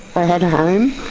i had a home,